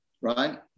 right